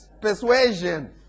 persuasion